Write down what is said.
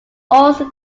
also